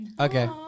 Okay